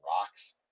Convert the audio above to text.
rocks